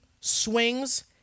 swings